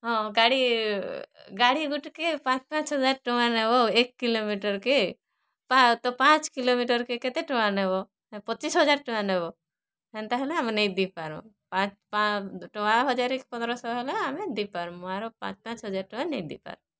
ହଁ ଗାଡ଼ି ଗାଡ଼ି ଗୁଟେକେ ପାଞ୍ଚ୍ ପାଞ୍ଚ୍ ହଜାର୍ ଟଙ୍କା ନେବ ଏକ୍ କିଲୋମିଟର୍ କେ ତ ପାଞ୍ଚ୍ କିଲୋମିଟର୍ କେ କେତେ ଟଙ୍କା ନେବ ପଚିଶ୍ ହଜାର୍ ଟଙ୍କା ନେବ ହେନ୍ତା ହେଲେ ଆମେ ନାଇଁ ଦେଇପାରୁଁ ପାଞ୍ଚ୍ ଟଙ୍କା ହଜାରେ କି ପନ୍ଦରଶହ ହେଲେ ଆମେ ଦେଇପାର୍ମୁ ଆରୁ ପାଞ୍ଚ୍ ପାଞ୍ଚ୍ ହଜାର୍ ଟଙ୍କା ନାଇଁ ଦେଇପାରୁଁ